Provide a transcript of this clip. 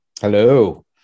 Hello